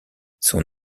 son